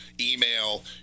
email